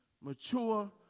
mature